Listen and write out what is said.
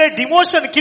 demotion